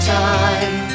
time